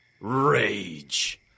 rage